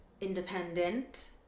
independent